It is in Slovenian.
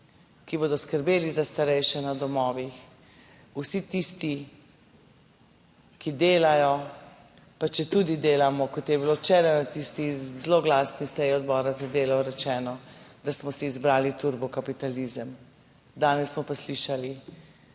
ki bodo skrbeli za starejše na domovih, vsi tisti, ki delajo, pa četudi delamo,, kot je bilo včeraj na tisti zloglasni seji Odbora za delo rečeno, da smo si izbrali turbo kapitalizem, danes smo pa slišali,